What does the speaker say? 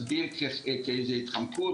נשפוך את התינוק יחד עם המים של האמבטיה.